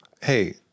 Hey